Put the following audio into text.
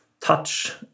touch